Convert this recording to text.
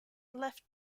left